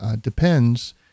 depends